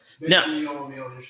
no